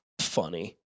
funny